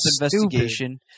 investigation